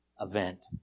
event